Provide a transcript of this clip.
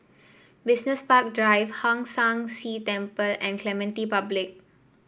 Business Park Drive Hong San See Temple and Clementi Public